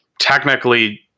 Technically